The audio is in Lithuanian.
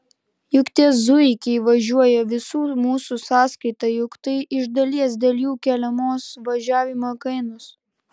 juk tie zuikiai važiuoja visų mūsų sąskaita juk tai iš dalies dėl jų keliamos važiavimo kainos